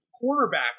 quarterback